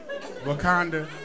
Wakanda